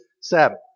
Sabbath